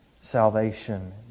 Salvation